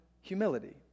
humility